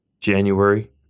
January